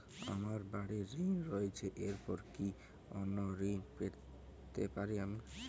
আমার বাড়ীর ঋণ রয়েছে এরপর কি অন্য ঋণ আমি পেতে পারি?